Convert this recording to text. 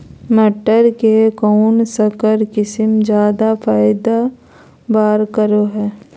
मटर के कौन संकर किस्म जायदा पैदावार करो है?